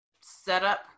setup